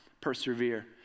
persevere